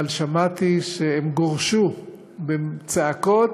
אבל שמעתי שהם גורשו בצעקות,